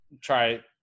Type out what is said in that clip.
try